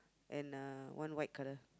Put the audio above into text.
and uh one white colour